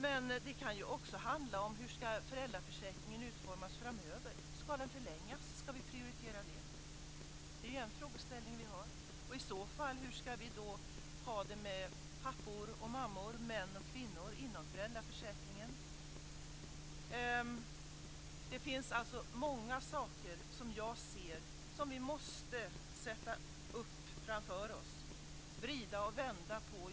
Men det kan också handla om hur föräldraförsäkringen ska utformas framöver. Ska vi prioritera en förlängning av den? Det är en frågeställning vi har. Och hur ska vi i så fall ha det med pappor och mammor, män och kvinnor, inom föräldraförsäkringen? Jag ser alltså många saker som vi måste sätta upp framför oss och vrida och vända på.